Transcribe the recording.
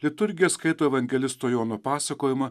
liturgija skaito evangelisto jono pasakojimą